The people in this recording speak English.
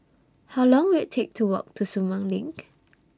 How Long Will IT Take to Walk to Sumang LINK